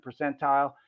percentile